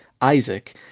Isaac